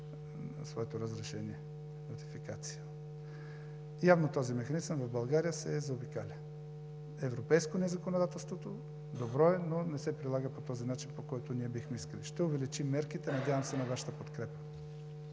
своето разрешение – нотификация. Явно този механизъм в България се заобикаля. Европейско ни е законодателството, добро е, но не се прилага по този начин, по който ние бихме искали. Ще увеличим мерките. Надявам се на Вашата подкрепа.